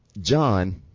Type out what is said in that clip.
John